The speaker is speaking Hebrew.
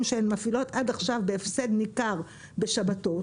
שהן מפעילות עד עכשיו בהפסד ניכר בשבתות,